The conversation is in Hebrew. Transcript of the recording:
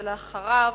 ואחריו,